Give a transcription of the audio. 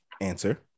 answer